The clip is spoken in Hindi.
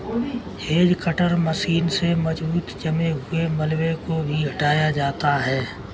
हेज कटर मशीन से मजबूत जमे हुए मलबे को भी हटाया जाता है